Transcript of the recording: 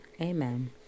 Amen